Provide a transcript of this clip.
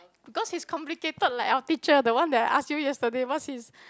because he's complicated like our teacher the one that I ask you yesterday what's his